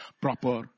proper